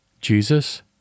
Jesus